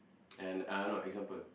and uh I know example